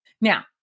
Now